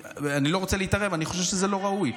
אני לא רוצה להתערב, אני חושב שזה לא ראוי.